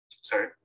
Sorry